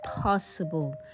possible